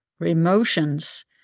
emotions